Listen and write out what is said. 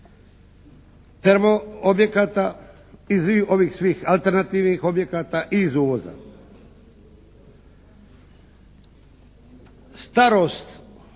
termo objekata, iz svih alternativnih objekata i iz uvoza. Starost